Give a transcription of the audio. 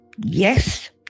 Yes